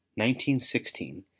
1916